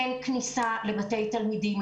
אין כניסה לבתי תלמידים,